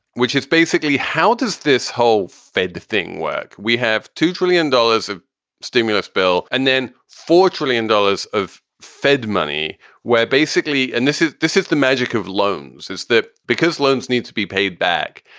which is basically how does this whole fed the thing work? we have two trillion dollars of stimulus bill and then four trillion dollars of fed money where basically and this is this is the magic of loans, is that because loans need to be paid back,